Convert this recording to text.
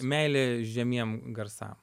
meilė žemiem garsam